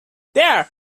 there